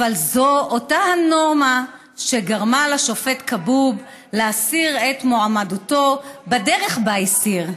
אבל זאת אותה הנורמה שגרמה לשופט כבוב להסיר את מועמדותו בדרך שבה הסיר: